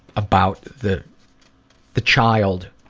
about the the child